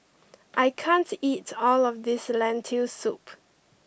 I can't eat all of this Lentil soup